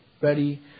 ready